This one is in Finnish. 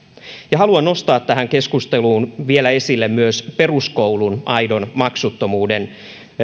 ja haluan nostaa tähän keskusteluun vielä esille myös peruskoulun aidon maksuttomuuden